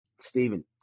Stephen